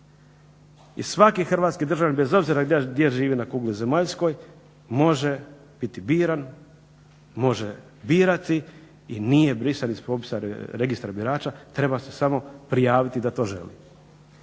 I svaki hrvatski državljanin bez obzira gdje živi na kugli zemaljskoj može biti biran, može birati i nije brisan iz Registra birača, treba se samo prijaviti da to želi.